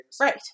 right